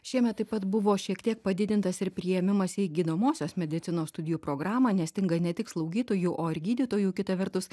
šiemet taip pat buvo šiek tiek padidintas ir priėmimas į gydomosios medicinos studijų programą nestinga ne tik slaugytojų o ir gydytojų kita vertus